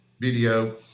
video